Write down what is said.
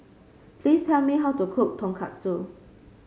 please tell me how to cook Tonkatsu